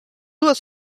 was